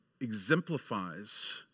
exemplifies